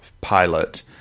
pilot